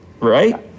right